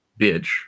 bitch